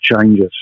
changes